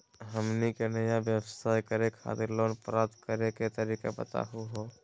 हमनी के नया व्यवसाय करै खातिर लोन प्राप्त करै के तरीका बताहु हो?